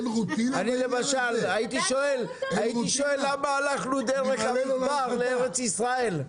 אין חוקים ל --- אני למשל הייתי שואל למה הלכנו דרך המדבר לארץ ישראל.